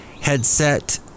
headset